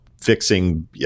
fixing